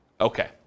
Okay